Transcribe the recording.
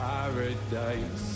Paradise